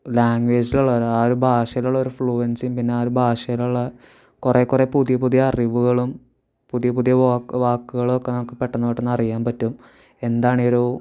ലാംഗ്വേജിൽ ഉള്ളതാണ് ആ ഒരു ഭാഷയിലുള്ള ഒരു ഫ്ലുവെൻസിയും പിന്നെ ആ ഒരു ഭാഷയിലുള്ള കുറേ കുറേ പുതിയ പുതിയ അറിവുകളും പുതിയ പുതിയ വാക്ക് വാക്കുകളൊക്കെ നമുക്ക് പെട്ടെന്ന് പെട്ടെന്ന് അറിയാൻ പറ്റും എന്താണീ ഒരു